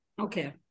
Okay